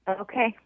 Okay